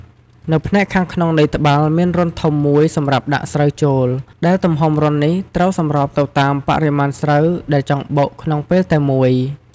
នៅផ្នែកខាងក្នុងនៃត្បាល់ មានរន្ធធំមួយសម្រាប់ដាក់ស្រូវចូល ដែលទំហំរន្ធនេះត្រូវសម្របទៅតាមបរិមាណស្រូវដែលចង់បុកក្នុងពេលតែមួយ។